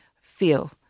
feel